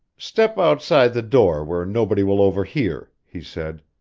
step outside the door where nobody will overhear, he said.